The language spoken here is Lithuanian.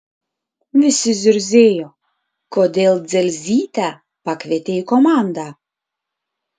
visi zurzėjo kodėl dzelzytę pakvietė į komandą